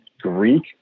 Greek